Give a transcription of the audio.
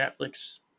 netflix